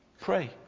Pray